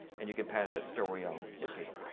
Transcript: and you could pass that story on. just kidding.